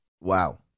Wow